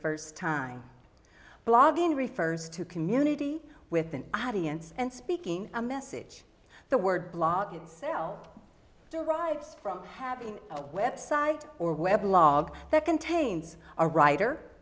first time blogging refers to community with an audience and speaking a message the word blog in cell derives from having a website or web blog that contains a writer